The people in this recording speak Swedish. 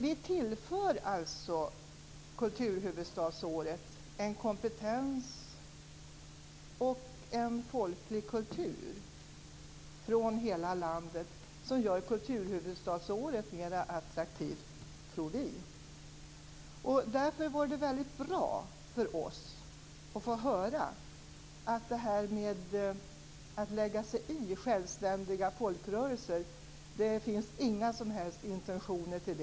Vi tillför alltså kulturhuvudstadsåret en kompetens och en folklig kultur från hela landet som, tror vi, gör kulturhuvudstadsåret mer attraktivt. Därför vore det väldigt bra för oss att få höra att det inte finns några som helst intentioner att lägga sig i självständiga folkrörelser.